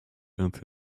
end